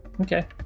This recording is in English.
Okay